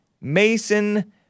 Mason